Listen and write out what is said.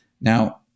Now